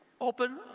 open